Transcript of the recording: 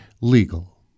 legal